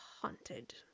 haunted